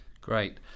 Great